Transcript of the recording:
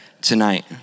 tonight